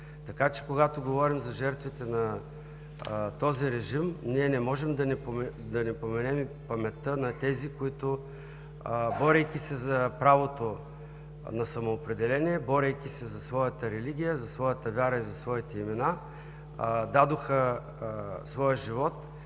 Така че, когато говорим за жертвите на този режим, ние не можем да не поменем и паметта на тези, които, борейки се за правото на самоопределение, борейки се за своята религия, за своята вяра и своите имена, дадоха своя живот